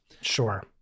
Sure